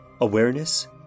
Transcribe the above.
Awareness